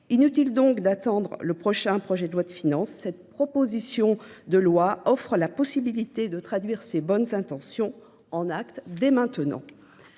inutile d’attendre le prochain projet de loi de finances : cette proposition de loi offre la possibilité de traduire en actes ces bonnes intentions dès maintenant.